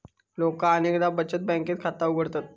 लोका अनेकदा बचत बँकेत खाता उघडतत